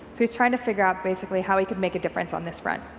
he's trying to figure out basically how he could make a difference on this front.